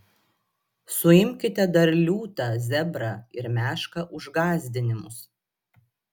suimkite dar liūtą zebrą ir mešką už gąsdinimus